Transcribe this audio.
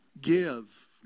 give